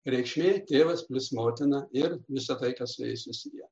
reikšmė tėvas plius motina ir visa tai kas susiję